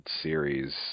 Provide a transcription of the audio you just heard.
series